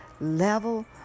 level